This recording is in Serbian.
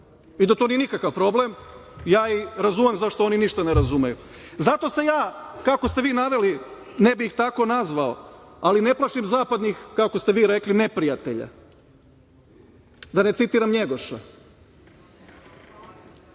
i da to nije nikakav problem, ja ih razumem zašto oni ništa ne razumeju. Zato se ja, kako ste vi naveli, ne bih ih tako nazvao, ali ne plašim zapadnih, kako ste vi rekli, neprijatelja, da ne citiram Njegoša,